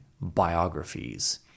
biographies